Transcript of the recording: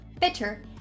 bitter